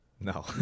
No